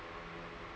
mm